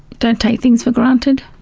don't take things for granted,